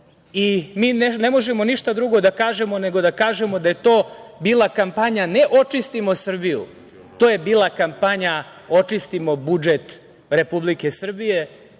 ne možemo ništa drugo da kažemo, nego da kažemo da je to bila kampanja ne „Očistimo Srbiju“, to je bila kampanja – očistimo budžet Republike Srbije,